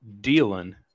dealing